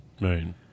Right